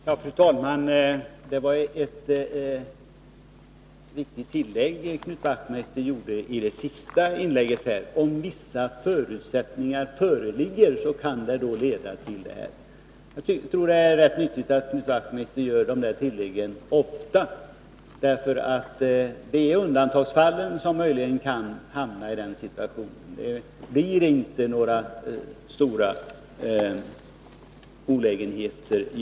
Fru talman! Knut Wachtmeister gjorde ett viktigt tillägg i sitt senaste anförande. Han sade att en investering i en jordbruksfastighet kan, om vissa förutsättningar föreligger, medföra högre boendekostnader för en jordbrukare. Jag tror att det är ganska bra om Knut Wachtmeister kunde göra sådana tillägg ofta. I undantagsfall kan man alltså möjligen hamna i nämnda situation. Förslaget medför inga stora olägenheter.